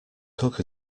cook